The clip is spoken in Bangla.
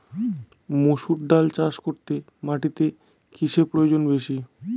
মুসুর ডাল চাষ করতে মাটিতে কিসে প্রয়োজন বেশী?